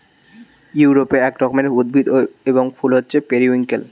ইউরোপে এক রকমের উদ্ভিদ এবং ফুল হচ্ছে পেরিউইঙ্কেল